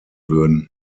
würden